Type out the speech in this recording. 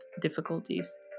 difficulties